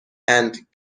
and